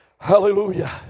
Hallelujah